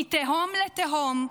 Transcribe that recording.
מתהום לתהום,